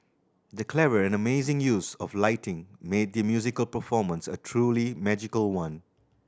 the clever and amazing use of lighting made the musical performance a truly magical one